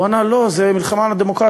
והוא ענה: לא, זו מלחמה על הדמוקרטיה.